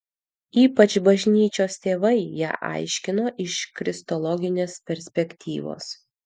ypač bažnyčios tėvai ją aiškino iš kristologinės perspektyvos